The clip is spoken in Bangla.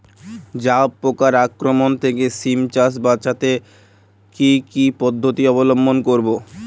জাব পোকার আক্রমণ থেকে সিম চাষ বাচাতে কি পদ্ধতি অবলম্বন করব?